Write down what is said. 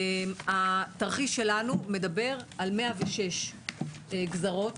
התרחיש שלנו מדבר על 106 גזרות